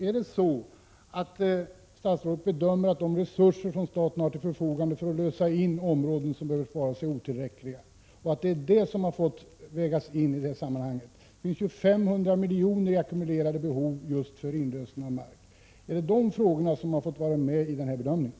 Är det så att statsrådet bedömer de resurser som staten har till förfogande för att lösa in områden som behöver sparas som otillräckliga, och har det i så fall fått vägas in i sammanhanget? Det finns ju 500 miljoner i ackumulerade behov för just inlösen av mark. Har de frågorna fått påverka bedömningen?